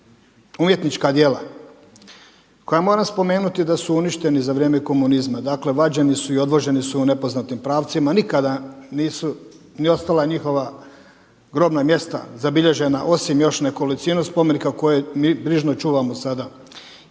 umjetnička djela koja moram spomenuti da su uništeni za vrijeme komunizma. Dakle, vađeni su i odvoženi su u nepoznatim pravcima. Nikada nisu ni ostala njihova grobna mjesta zabilježena osim još nekolicinu spomenika koje mi brižno čuvamo sada.